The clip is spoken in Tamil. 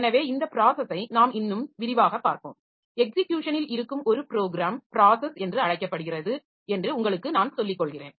எனவே இந்த ப்ராஸஸை நாம் இன்னும் விரிவாகப் பார்ப்போம் எக்ஸிக்யுஷனில் இருக்கும் ஒரு ப்ரோக்ராம் ப்ராஸஸ் என்று அழைக்கப்படுகிறது என்று உங்களுக்கு நான் சொல்லிக் கொள்கிறேன்